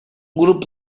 grupo